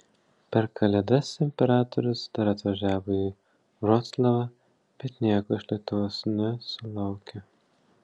per kalėdas imperatorius dar atvažiavo į vroclavą bet nieko iš lietuvos nesulaukė